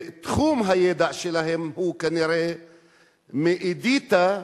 ותחום הידע שלהם הוא כנראה מאדיטה,